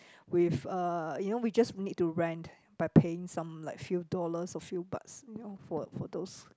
with uh you know we just need to rent by paying some like few dollars or few bahts you know for for those